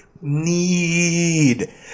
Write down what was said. need